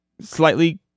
slightly